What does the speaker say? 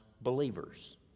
believers